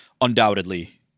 Undoubtedly